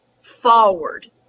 forward